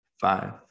five